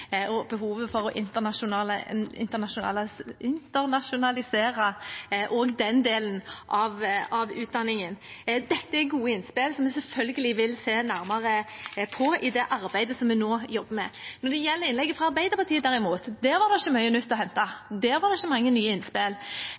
og behovet for å internasjonalisere også den delen av utdanningen. Dette er gode innspill som vi selvfølgelig vil se nærmere på i det arbeidet vi nå holder på med. Når det gjelder innlegget fra Arbeiderpartiet, derimot, var det ikke mye nytt å hente, der var det ikke mange nye innspill.